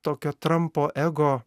tokio trampo ego